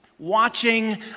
watching